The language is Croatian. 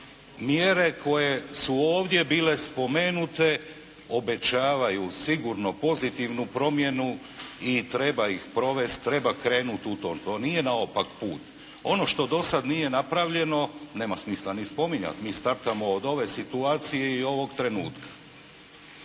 mjere koje su ovdje bile spomenute obećavaju sigurno pozitivnu promjenu i treba ih provesti, treba krenuti u to. To nije naopak put. Ono što do sada nije napravljeno, nema smisla ni spominjati. Mi startamo od ove situacije i ovog trenutka.